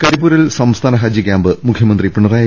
കരിപ്പൂരിൽ സംസ്ഥാന ഹജ്ജ് ക്യാമ്പ് മുഖ്യമന്ത്രി പിണറായി